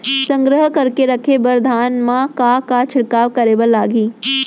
संग्रह करके रखे बर धान मा का का छिड़काव करे बर लागही?